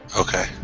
Okay